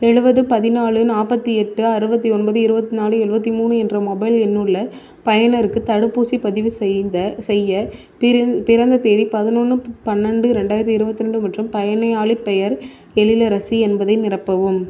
எழுபது பதினாலு நாற்பத்தி எட்டு அறுபத்தி ஒன்பது இருபத்தி நாலு எழுபத்தி மூணு என்ற மொபைல் எண் உள்ள பயனருக்கு தடுப்பூசிப் பதிவு செய்த செய்ய பிறந்த தேதி பதினொன்று பண்ணென்ண்டு ரெண்டாயிரத்து இருபத்தி ரெண்டு மற்றும் பயனாளிப் பெயர் எழிலரசி என்பதை நிரப்பவும்